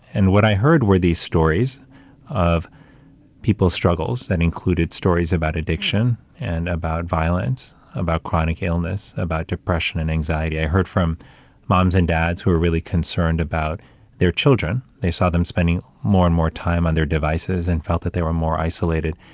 and what i heard were these stories of people's struggles that included stories about addiction, and about violence, about chronic illness, about depression, and anxiety. i heard from moms and dads who were really concerned about their children. they saw them spending more and more time on their devices and felt that they were more isolated,